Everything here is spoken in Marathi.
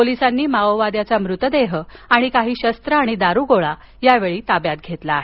पोलिसांनी माओवाद्याचा मृतदेह आणि काही शस्त्र आणि दारुगोळा ताब्यात घेतला आहे